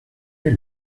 est